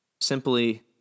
Simply